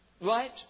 Right